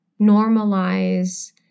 normalize